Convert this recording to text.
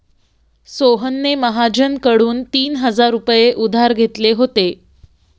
सोहनने महाजनकडून तीन हजार रुपये उधार घेतले होते